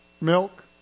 milk